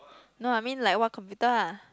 no I mean like what computer ah